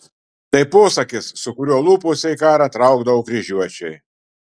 tai posakis su kuriuo lūpose į karą traukdavo kryžiuočiai